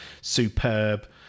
superb